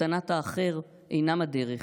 הקטנת האחר, אינם הדרך.